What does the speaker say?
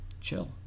chill